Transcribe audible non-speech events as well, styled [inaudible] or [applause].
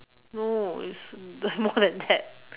no is there are more [laughs] than that